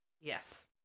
Yes